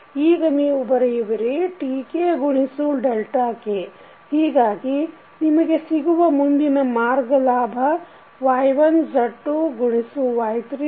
ಈಗ ನೀವು ಬರೆಯುವಿರಿ Tk ಗುಣಿಸು ಡೆಲ್ಟಾ k ಹೀಗಾಗಿ ನಿಮಗೆ ಸಿಗುವ ಮುಂದಿನ ಮಾರ್ಗ ಲಾಭ Y1 Z2 ಗುಣಿಸು Y3 Z4